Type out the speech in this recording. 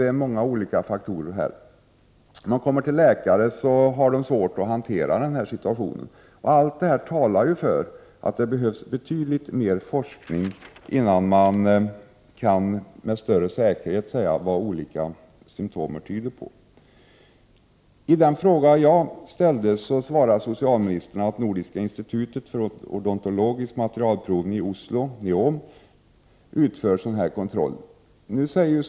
Det är många olika faktorer som spelar in, och hos läkaren har man också svårt att hantera situationen. Allt detta talar för att betydligt mer forskning behövs innan man med säkerhet kan säga vad olika symtom tyder på. På den fråga som jag ställt svarar socialministern att Nordiska institutet för odontologisk materialprovning i Oslo, NIOM, utför kontroll av innehållet i förekommande tandlagningsmaterial.